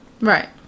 Right